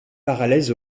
parallèles